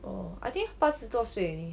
oh I think 八十多岁